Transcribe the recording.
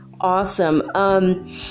awesome